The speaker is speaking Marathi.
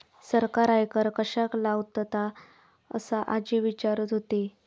सरकार आयकर कश्याक लावतता? असा आजी विचारत होती